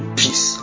peace